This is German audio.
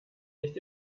nicht